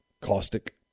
caustic